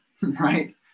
right